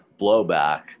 blowback